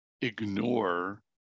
ignore